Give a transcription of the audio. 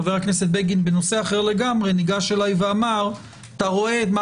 חבר הכנסת בגין בנושא אחר לגמרי ניגש אליי ואמר: אתה רואה מה